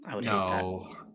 No